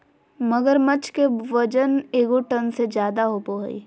मगरमच्छ के वजन एगो टन से ज्यादा होबो हइ